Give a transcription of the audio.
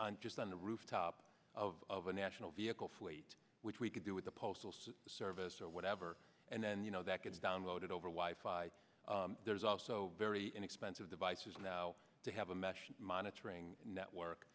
just on the rooftop of the national vehicle fleet which we can do with the postal service or whatever and then you know that gets downloaded over wife there's also very inexpensive devices now to have a mesh monitoring network